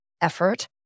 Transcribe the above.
effort